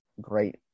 great